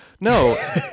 No